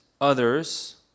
others